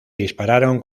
dispararon